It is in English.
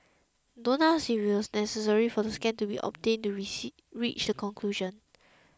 don't ask if it was necessary for the scan to be obtained to reach the conclusion